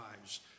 lives